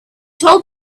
told